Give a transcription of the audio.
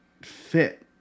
fit